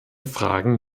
fragen